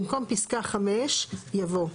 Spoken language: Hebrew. במקום פסקה (5) יבוא: